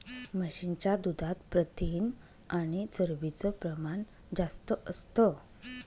म्हशीच्या दुधात प्रथिन आणि चरबीच प्रमाण जास्त असतं